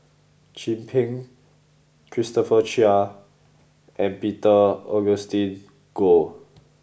Chin Peng Christopher Chia and Peter Augustine Goh